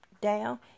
down